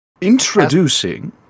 Introducing